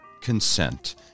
consent